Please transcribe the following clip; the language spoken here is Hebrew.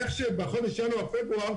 איך שבחודש ינואר-פברואר,